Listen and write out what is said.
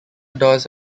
dos